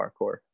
parkour